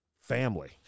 Family